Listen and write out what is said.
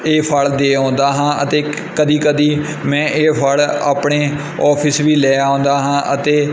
ਇਹ ਫ਼ਲ ਦੇ ਆਉਂਦਾ ਹਾਂ ਅਤੇ ਕਦੀ ਕਦੀ ਮੈਂ ਇਹ ਫ਼ਲ ਆਪਣੇ ਓਫਿਸ ਵੀ ਲੈ ਆਉਂਦਾ ਹਾਂ ਅਤੇ